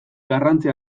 garrantzi